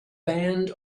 band